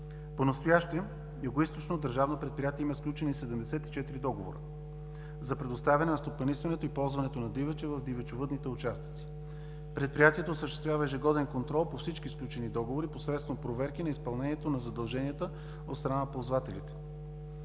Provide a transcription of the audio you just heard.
Понастоящем Югоизточното държавно предприятие има сключени 74 договора за предоставяне на стопанисването и ползването дивеча в дивечовъдните участъци. Предприятието осъществява ежегоден контрол по всички сключени договори посредством проверки на изпълнението на задълженията от страна на ползвателите.